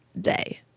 day